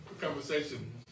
conversation